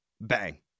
Bang